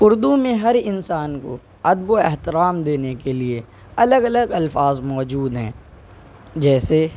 اردو میں ہر انسان کو ادب و احترام دینے کے لیے الگ الگ الفاظ موجود ہیں جیسے